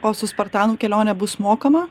o su spartanu kelionė bus mokama